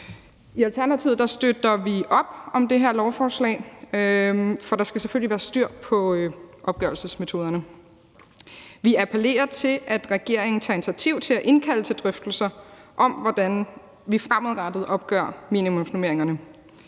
I Alternativet støtter vi op om det her lovforslag, for der skal selvfølgelig være styr på opgørelsesmetoderne. Vi appellerer til, at regeringen tager initiativ til at indkalde til drøftelser om, hvordan vi fremadrettet opgør minimumsnormeringerne.